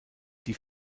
die